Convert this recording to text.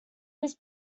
his